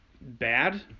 bad